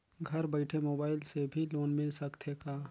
घर बइठे मोबाईल से भी लोन मिल सकथे का?